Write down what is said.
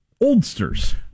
oldsters